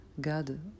God